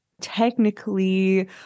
technically